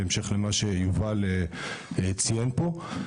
בהמשך למה שיובל ציין פה.